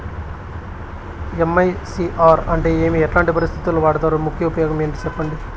MICR అంటే ఏమి? ఎట్లాంటి పరిస్థితుల్లో వాడుతారు? ముఖ్య ఉపయోగం ఏంటి సెప్పండి?